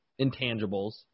intangibles